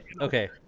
okay